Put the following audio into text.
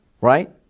right